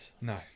No